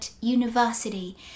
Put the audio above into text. university